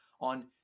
on